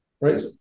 right